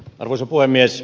arvoisa puhemies